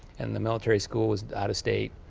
and the military school was out of state,